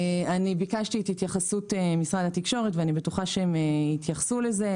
אני ביקשתי את התייחסות משרד התקשורת ואני בטוחה שהם יתייחסו לזה.